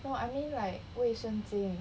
no I mean like 卫生巾